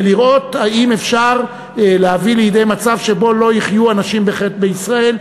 ולראות אם אפשר להביא לידי מצב שבו לא יחיו אנשים בחטא בישראל,